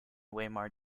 weimar